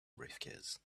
briefcase